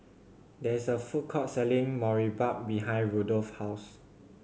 there is a food court selling Boribap behind Rudolph's house